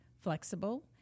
flexible